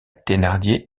thénardier